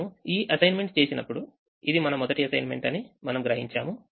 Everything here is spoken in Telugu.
మనము ఈ అసైన్మెంట్ చేసినప్పుడు ఇది మన మొదటి అసైన్మెంట్ అనిమనము గ్రహించాము